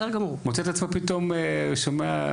מוצא את עצמו פתאום שומע.